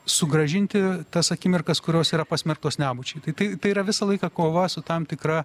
sugrąžinti tas akimirkas kurios yra pasmerktos nebūčiai tai tai tai yra visą laiką kova su tam tikra